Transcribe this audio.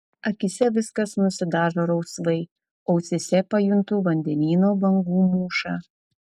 akyse viskas nusidažo rausvai ausyse pajuntu vandenyno bangų mūšą